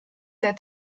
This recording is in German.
der